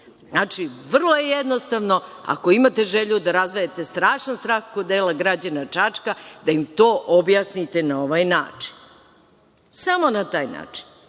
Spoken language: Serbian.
čoveka. Vrlo je jednostavno, ako imate želju da razvijate strašan strah kod dela građana Čačka, da im to objasnite na ovaj način. Samo na taj način. Hvala